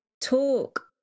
talk